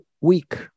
week